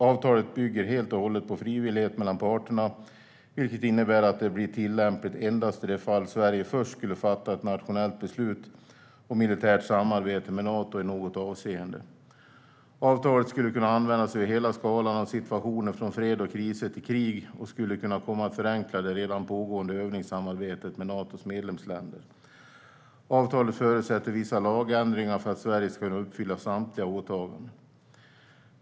Avtalet bygger helt och hållet på frivillighet mellan parterna, vilket innebär att det blir tillämpligt endast i de fall Sverige först skulle fatta ett nationellt beslut om militärt samarbete med Nato i något avseende. Avtalet skulle kunna användas över hela skalan av situationer, från fred och kriser till krig, och skulle komma att förenkla det redan pågående övningssamarbetet med Natos medlemsländer. Avtalet förutsätter vissa lagändringar för att Sverige ska kunna uppfylla samtliga åtaganden.